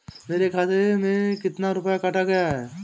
मेरे खाते से कितना रुपया काटा गया है?